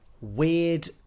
weird